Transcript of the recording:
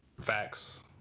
Facts